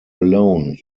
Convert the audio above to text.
alone